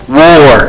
war